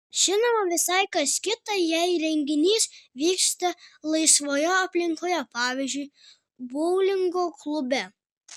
žinoma visai kas kita jei renginys vyksta laisvoje aplinkoje pavyzdžiui boulingo klube